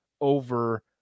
over